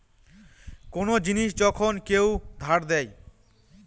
কোন জিনিস যখন কেউ ধার দেয়